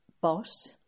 boss